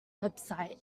website